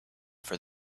for